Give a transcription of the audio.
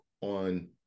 on